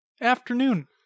afternoon